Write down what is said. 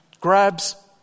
grabs